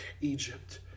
Egypt